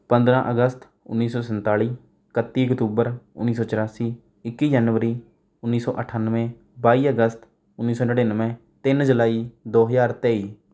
ਪੰਦਰਾਂ ਅਗਸਤ ਉੱਨੀ ਸੌ ਸੰਤਾਲੀ ਇਕੱਤੀ ਅਕਤੂਬਰ ਉੱਨੀ ਸੌ ਚੁਰਾਸੀ ਇੱਕੀ ਜਨਵਰੀ ਉੱਨੀ ਸੌ ਅਠਾਨਵੇਂ ਬਾਈ ਅਗਸਤ ਉੱਨੀ ਸੌ ਨੜਿਨਵੇਂ ਤਿੰਨ ਜੁਲਾਈ ਦੋ ਹਜ਼ਾਰ ਤੇਈ